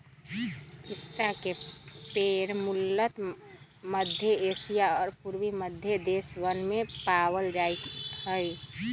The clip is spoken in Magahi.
पिस्ता के पेड़ मूलतः मध्य एशिया और पूर्वी मध्य देशवन में पावल जा हई